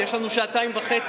רק שיש לנו שעתיים וחצי.